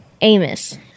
Amos